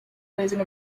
raising